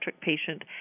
patient